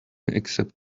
except